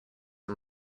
and